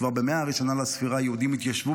כבר במאה הראשונה לספירה יהודים התיישבו